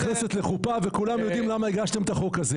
כולם יודעים למה כלה נכנסת לחופה וכולם יודעים למה הגשתם את החוק הזה.